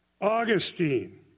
Augustine